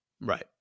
Right